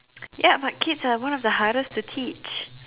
ya but kids are one of the hardest to teach